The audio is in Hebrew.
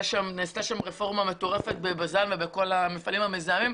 שם נעשתה רפורמה מטורפת בבז"ן ובכל המפעלים המזהמים.